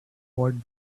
what